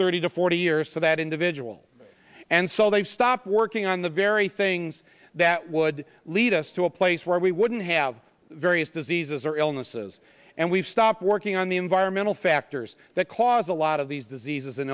thirty to forty years for that individual and so they stop working on the very things that would lead us to a place where we wouldn't have various diseases or illnesses and we've stopped working on the environmental factors that cause a lot of these diseases